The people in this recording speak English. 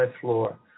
floor